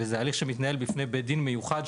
וזה הליך שמתנהל בפני בית דין מיוחד,